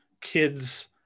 kids